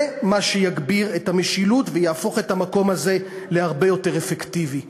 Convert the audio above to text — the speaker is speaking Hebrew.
זה מה שיגביר את המשילות ויהפוך את המקום הזה להרבה יותר אפקטיבי.